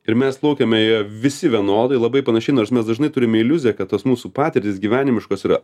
ir mes plaukiame ja visi vienodai labai panašiai nors mes dažnai turime iliuziją kad tos mūsų patirtys gyvenimiškos yra